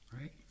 right